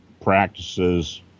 practices